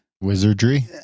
wizardry